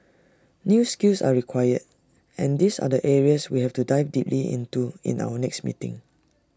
new skills are required and these are areas that we have to dive deeply into in our next meeting